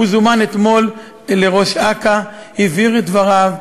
הוא זומן אתמול לראש אכ"א והבהיר את דבריו.